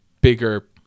bigger